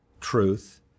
truth